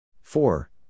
four